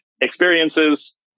experiences